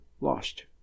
lost